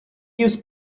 use